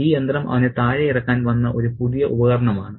ഈ യന്ത്രം അവനെ താഴെയിറക്കാൻ വന്ന ഒരു പുതിയ ഉപകരണമാണ്